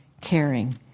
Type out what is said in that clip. caring